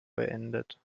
beendet